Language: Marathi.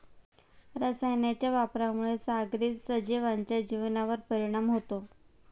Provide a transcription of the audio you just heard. रसायनांच्या वापरामुळे सागरी सजीवांच्या जीवनावर परिणाम होतो